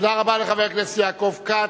תודה רבה לחבר הכנסת יעקב כץ,